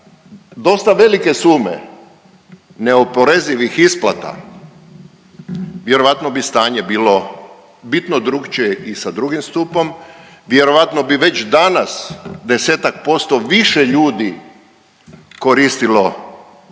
dosta velike sume neoporezivih isplata vjerojatno bi stanje bilo bitno drukčije i sa drugim stupom, vjerojatno bi već danas desetak posto više ljudi koristilo prvi